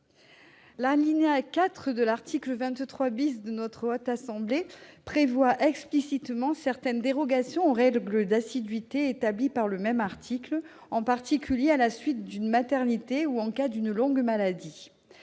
L'alinéa 4 de l'article 23 du règlement de la Haute Assemblée prévoit explicitement certaines dérogations aux règles d'assiduité établies par le même article, en particulier en cas de maternité ou de longue maladie.